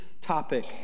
topic